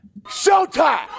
Showtime